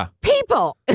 people